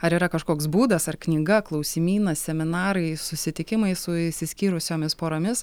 ar yra kažkoks būdas ar knyga klausimynas seminarai susitikimai su išsiskyrusiomis poromis